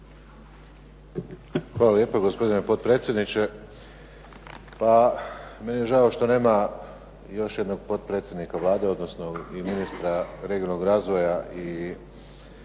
Hvala lijepa gospodine potpredsjedniče. Pa, meni je žao što nema još jednog potpredsjednika Vlade, odnosno i ministra regionalnog razvoja i